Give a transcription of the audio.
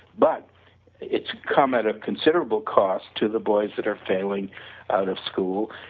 but it's come at a considerable cost to the boys that are failing out of school